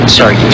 sorry